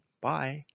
Bye